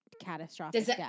catastrophic